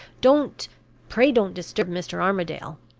don't pray don't disturb mr. armadale!